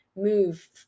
move